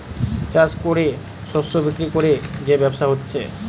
চাষ কোরে শস্য বিক্রি কোরে যে ব্যবসা হচ্ছে